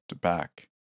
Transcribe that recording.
back